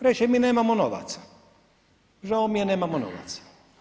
Reći će mi nemamo novaca, žao mi je nemamo novaca.